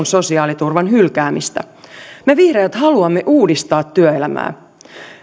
sosiaaliturvan hylkäämistä me vihreät haluamme uudistaa työelämää